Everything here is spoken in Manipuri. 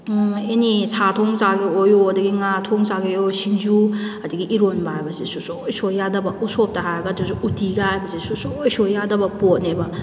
ꯎꯝ ꯑꯦꯅꯤ ꯁꯥ ꯊꯣꯡꯕꯒ ꯆꯥꯒꯦꯕꯨ ꯑꯣꯏꯎ ꯑꯗꯨꯗꯒꯤ ꯉꯥ ꯊꯣꯡꯕꯒ ꯆꯥꯒꯦꯕꯨ ꯑꯣꯏꯎ ꯁꯤꯡꯖꯨ ꯑꯗꯨꯗꯒꯤ ꯏꯔꯣꯟꯕ ꯍꯥꯏꯕꯁꯤ ꯁꯣꯡꯁꯣꯏ ꯁꯣꯏꯕ ꯌꯥꯗꯕ ꯎꯁꯣꯞꯇ ꯍꯥꯏꯔꯒ ꯑꯗꯨꯁꯨ ꯎꯠꯇꯤꯒ ꯍꯥꯏꯕꯁꯦ ꯁꯨꯡꯁꯣꯏ ꯁꯣꯏꯕ ꯌꯥꯗꯕ ꯄꯣꯠꯅꯦꯕ